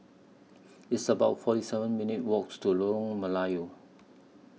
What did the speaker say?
It's about forty seven minutes' Walk to Lorong Melayu